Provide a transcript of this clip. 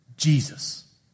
Jesus